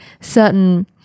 certain